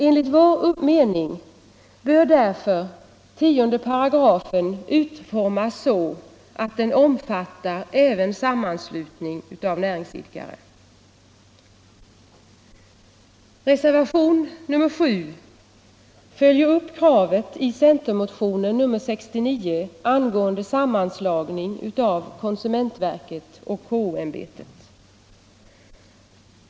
Enligt vår mening bör därför 10 § utformas så att den omfattar även sammanslutning av näringsidkare. Reservationen 7 följer upp kravet i centermotionen 69 angående sammanslagningen av konsumentverket och KO-ämbetet.